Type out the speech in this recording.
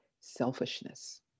selfishness